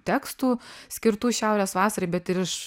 tekstų skirtų šiaurės vasarai bet ir iš